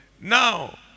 Now